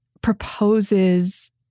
proposes